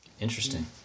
Interesting